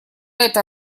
эта